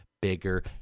bigger